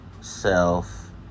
self